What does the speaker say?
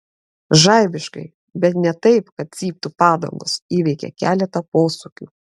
žaibiškai bet ne taip kad cyptų padangos įveikė keletą posūkių